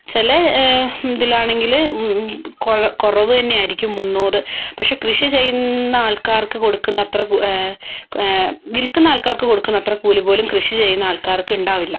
ചില ഇതിലാണെങ്കില് കുറവ് തന്നെ ആയിരിക്കും മുന്നൂറ് പക്ഷെ കൃഷി ചെയ്യുന്ന ആൾക്കാർക്ക് കൊടുക്കുന്ന അത്ര വിൽക്കുന്ന ആൾക്കാർക്ക് കൊടുക്കുന്ന അത്രകൂലി പോലും കൃഷി ചെയ്യുന്ന ആൾക്കാർക്ക് ഉണ്ടാവില്ല